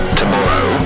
tomorrow